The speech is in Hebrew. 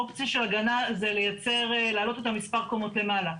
אופציה של הגנה זה לעלות את מספר הקומות למעלה.